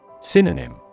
Synonym